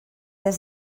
des